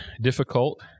difficult